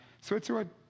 Switzerland